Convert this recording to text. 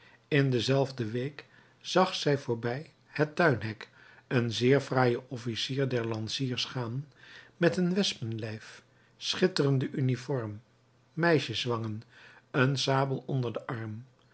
in dezelfde week zag zij voorbij het tuinhek een zeer fraaien officier der lansiers gaan met een wespenlijf schitterende uniform meisjeswangen een sabel onder den arm